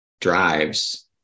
drives